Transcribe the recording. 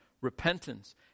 repentance